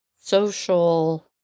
social